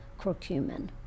curcumin